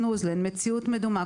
מציאות מדומה,